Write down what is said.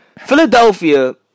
Philadelphia